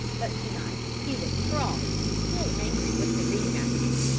but to-night he was cross and still angry with the ring-master.